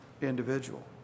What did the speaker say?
individual